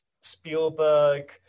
Spielberg